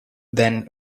then